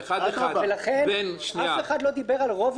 לכן אף אחד לא דיבר על רוב או מיעוט.